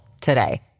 today